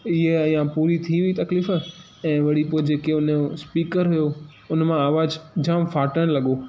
इहा या पूरी थी वई तकलीफ़ ऐं वरी पोइ जेके उनजो स्पीकर हुयो उन मां आवाज़ु जाम फ़ाटनि लॻो